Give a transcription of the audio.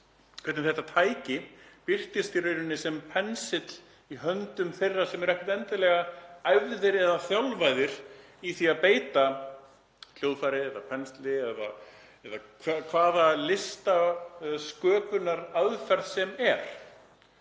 hvernig þetta tæki birtist í rauninni sem pensill í höndum þeirra sem eru ekkert endilega æfðir eða þjálfaðir í því að beita pensli eða hljóðfæri eða nota hvaða listsköpunaraðferð sem er